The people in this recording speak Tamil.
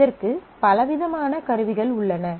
இதற்கு பலவிதமான கருவிகள் உள்ளன